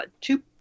two